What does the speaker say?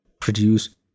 produce